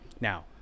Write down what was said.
Now